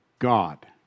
God